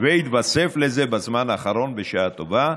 התווסף לזה בזמן האחרון, בשעה טובה,